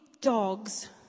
dogs